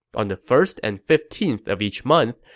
on the first and fifteenth of each month,